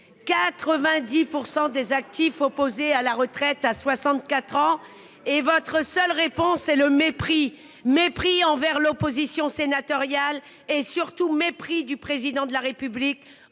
90 % des actifs opposés à la retraite à 64 ans, et votre seule réponse, c'est le mépris. Mépris envers l'opposition sénatoriale, et surtout mépris du Président de la République